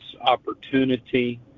opportunity